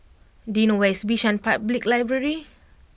do you know where is Bishan Public Library